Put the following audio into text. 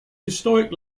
historic